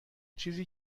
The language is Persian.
چیزی